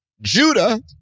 Judah